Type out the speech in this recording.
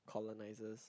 colonisers